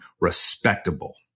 respectable